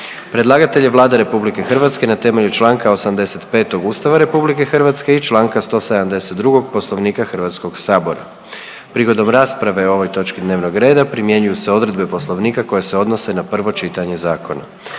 Predlagatelj je Vlada RH na temelju Članka 85. Ustava RH i Članka 172. Poslovnika Hrvatskog sabora. Prigodom rasprave o ovoj točki dnevnog reda primjenjuju se odredbe Poslovnika koje se odnose na prvo čitanje zakona.